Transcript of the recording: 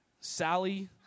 Sally